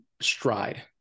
stride